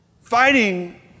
fighting